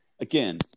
again